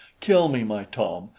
kill me, my tom,